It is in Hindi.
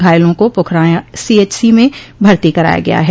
घायलों को पुखराया सीएचसी में भर्ती कराया गया है